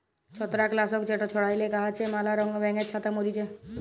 ছত্রাক লাসক যেট ছড়াইলে গাহাচে ম্যালা ব্যাঙের ছাতা ম্যরে যায়